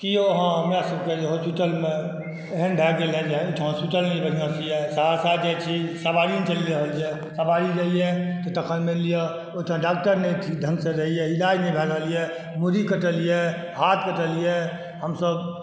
की यौ अहाँ हमरा सबके जे हॉस्पिटलमे एहन भए गेल हइ जे एहि ठाम हॉस्पिटल नहि बढ़िऑं यऽ सहरसा जाइ छी सवारी नहि चलि रहल यऽ सवारी जाइए तऽ तखन मानि लियऽ ओहि ठाम डॉक्टर नहि ठीक ढङ्ग से रहैए इलाज नहि भए रहल यऽ मूरी कटल यऽ हाथ कटल यऽ हमसब